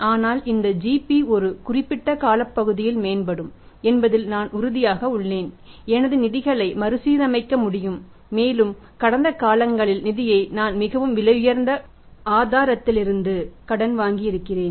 ஆனால் இந்த GP ஒரு குறிப்பிட்ட காலப்பகுதியில் மேம்படும் என்பதில் நான் உறுதியாக உள்ளேன் எனது நிதிகளை மறுசீரமைக்க முடியும் மேலும் கடந்த காலங்களில் நிதியை நான் மிகவும் விலையுயர்ந்த ஆதாரத்திலிருந்து கடன் வாங்கியிருக்கிறேன்